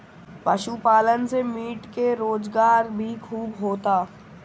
पशुपालन से मीट के रोजगार भी खूब होता